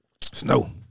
Snow